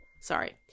sorry